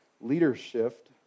Leadership